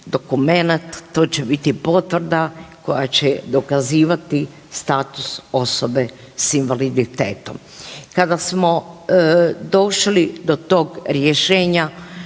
dokumenat to će biti potvrda koja će dokazivati status osobe s invaliditetom. Kada smo došli do tog rješenja